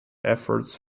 efforts